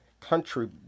country